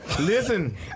Listen